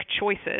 choices